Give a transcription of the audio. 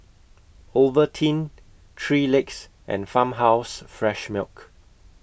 Ovaltine three Legs and Farmhouse Fresh Milk